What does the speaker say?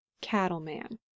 cattleman